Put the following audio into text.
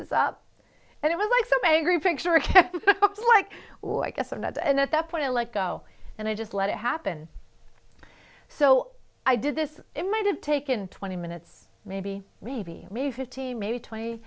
this up and it was like some angry picture of like i guess at that and at that point i let go and i just let it happen so i did this it might have taken twenty minutes maybe revie maybe fifteen maybe twenty